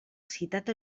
citat